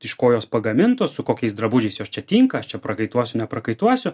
iš ko jos pagamintos su kokiais drabužiais jos čia tinka aš čia prakaituosiu neprakaituosiu